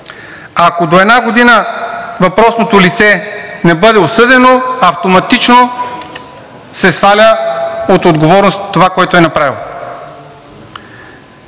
Ако до една година въпросното лице не бъде осъдено, автоматично се сваля от отговорност това, което е направило.